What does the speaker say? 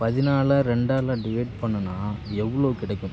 பதினாலை ரெண்டால் டிவைட் பண்ணுனா எவ்வளோ கிடைக்கும்